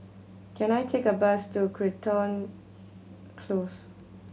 can I take a bus to Crichton Close